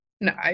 no